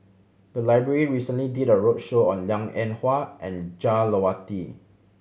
the library recently did a roadshow on Liang Eng Hwa and Jah